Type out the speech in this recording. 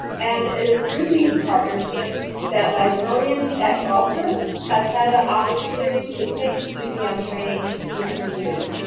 and it is through these partnerships that librarians at galter have had the opportunity to take ebm um training to the community.